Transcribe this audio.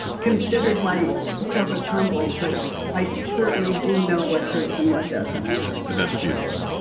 considered my self as humble, but i certainly do know what hurts and what doesn't that's beautiful.